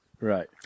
right